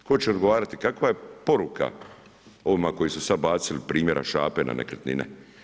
Tko će odgovarati, kakva je poruka ovima koji su sad bacili primjera šape na nekretnine?